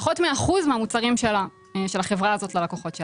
שלה פחות מאחוז מהמוצרים של החברה הזאת.